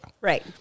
Right